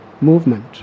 movement